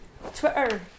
Twitter